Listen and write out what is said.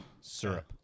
Syrup